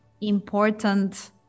important